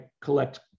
collect